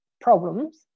problems